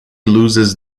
loses